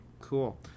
cool